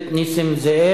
שאם אתם תסכימו,